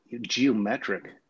geometric